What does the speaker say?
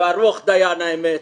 ברוך דיין האמת,